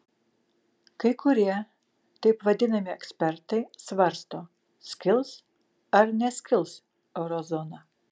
kai kurie taip vadinami ekspertai svarsto skils ar neskils eurozona